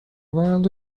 vēlu